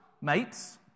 mates